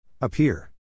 Appear